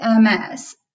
MS